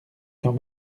quand